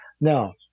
Now